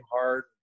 hard